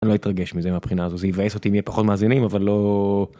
אני לא יתרגש מזה מהבחינה הזו זה יבאס אותי אם יהיה פחות מאזינים אבל לא...